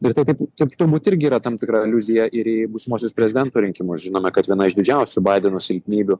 ir taip taip taip turbūt irgi yra tam tikra aliuzija ir į būsimuosius prezidento rinkimus žinoma kad viena iš didžiausių baideno silpnybių